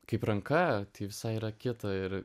kaip ranka visai yra kita ir